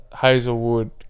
Hazelwood